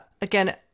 again